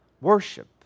Worship